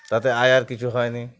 তাতে আয় আর কিছু হয় না